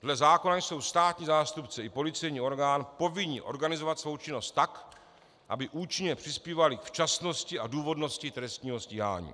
Dle zákona jsou státní zástupci i policejní orgán povinni organizovat svou činnost tak, aby účinně přispívali k včasnosti a důvodnosti trestního stíhání.